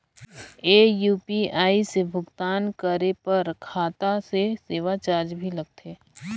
ये यू.पी.आई से भुगतान करे पर खाता से सेवा चार्ज भी लगथे?